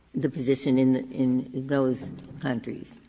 the position in in those countries.